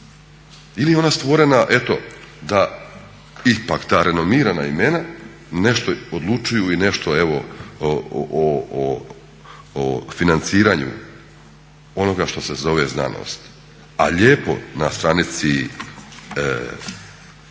ili je ona stvorena eto da ipak ta renomirana imena nešto odlučuju i nešto evo o financiranju onoga što se zove znanost. A lijepo na stranici